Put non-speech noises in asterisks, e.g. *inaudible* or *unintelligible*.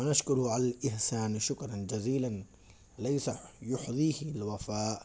*unintelligible*